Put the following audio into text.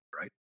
Right